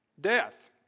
death